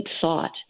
thought